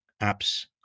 app's